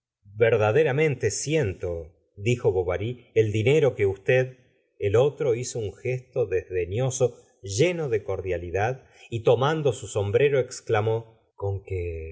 verdaderamente siento dijo bovary el dinero que usted el otro hizo un gesto desdeñ oso lleno de cordialidad y tomando su sombrero exclamó con que